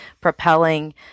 propelling